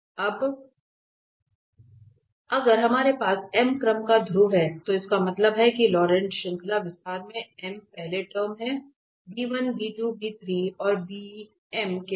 अब अगर हमारे पास m क्रम का ध्रुव है तो इसका मतलब है कि लॉरेंट श्रृंखला विस्तार में m पहले टर्म हैं और के साथ